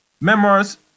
Memoirs